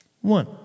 one